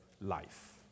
life